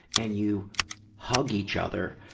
and you hug each other,